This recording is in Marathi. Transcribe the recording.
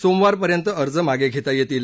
सोमवारपर्यंत अर्ज मागे घेता येतील